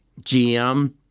GM